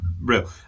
real